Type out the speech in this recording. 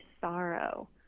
sorrow